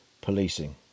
policing